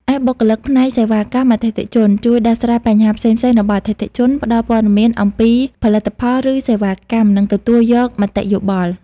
ឯបុគ្គលិកផ្នែកសេវាកម្មអតិថិជន ជួយដោះស្រាយបញ្ហាផ្សេងៗរបស់អតិថិជន ផ្តល់ព័ត៌មានអំពីផលិតផល ឬសេវាកម្ម និងទទួលយកមតិយោបល់។